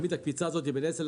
תמיד הקפיצה הזו היא ב-10%-15%.